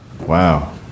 Wow